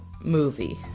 movie